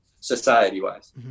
society-wise